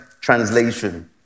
translation